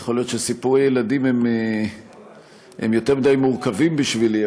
יכול להיות שסיפורי ילדים הם יותר מדי מורכבים בשבילי,